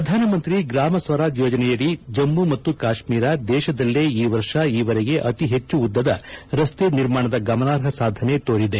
ಪ್ರಧಾನಮಂತ್ರಿ ಗ್ರಾಮ ಸಡಕ್ ಯೋಜನೆಯಡಿ ಜಮ್ಮು ಮತ್ತು ಕಾಶ್ಮೀರ ದೇಶದಲ್ಲೇ ಈ ವರ್ಷ ಈವರೆಗೆ ಅತಿ ಹೆಚ್ಚು ಉದ್ದದ ರಸ್ತೆ ನಿರ್ಮಾಣದ ಗಮನಾರ್ಹ ಸಾಧನೆ ತೋರಿದೆ